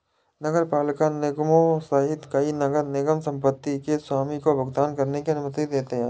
नगरपालिका निगमों सहित कई नगर निगम संपत्ति के स्वामी को भुगतान करने की अनुमति देते हैं